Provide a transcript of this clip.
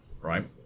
right